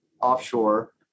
offshore